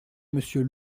monsieur